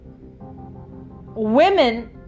women